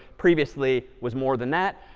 previously was more than that.